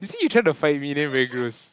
you see you trying to fight me then very gross